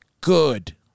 good